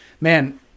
man